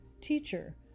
Teacher